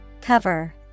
Cover